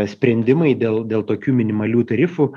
sprendimai dėl dėl tokių minimalių tarifų